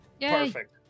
Perfect